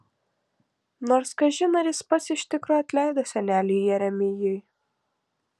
nors kažin ar jis pats iš tikro atleido seneliui jeremijui